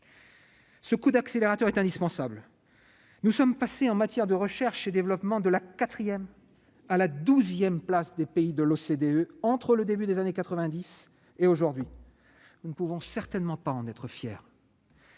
Ce coup d'accélérateur est indispensable : nous sommes passés en matière de recherche et développement de la quatrième à la douzième place des pays de l'OCDE entre le début des années 1990 et aujourd'hui. Nous ne saurions en être fiers